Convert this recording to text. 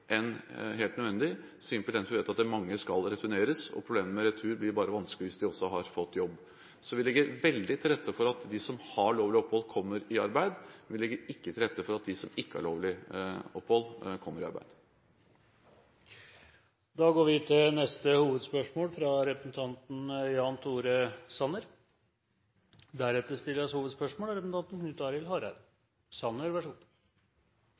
vi vet at mange skal returneres. Problemet med retur blir bare vanskeligere hvis de også har fått jobb. Vi legger veldig til rette for at de som har lovlig opphold, kommer i arbeid. Vi legger ikke til rette for at de som ikke har lovlig opphold, kommer i arbeid. Da går vi til neste hovedspørsmål. La meg først starte med å takke statsministeren for at han setter skatt på dagsordenen. Det er Høyre glad for, og